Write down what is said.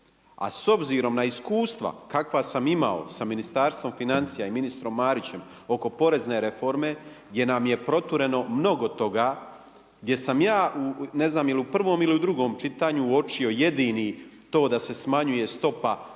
A s obzirom na iskustva kakva sam imao sa Ministarstvom financija i ministrom Marićem oko porezne reforme gdje nam je protureno mnogo toga, gdje sam ja, ne znam je li u prvom ili drugom čitanju, uočio jedini, to da se smanjuje stopa